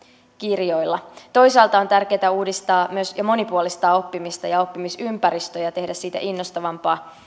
kirjoilla toisaalta on tärkeää uudistaa ja myöskin monipuolistaa oppimista ja oppimisympäristöjä ja tehdä niistä innostavampia